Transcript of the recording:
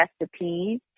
Recipes